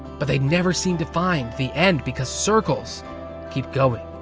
but they'd never seem to find the end, because circles keep going,